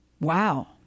Wow